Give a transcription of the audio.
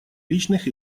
личных